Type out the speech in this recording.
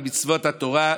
על מצוות התורה,